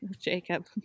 Jacob